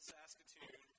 Saskatoon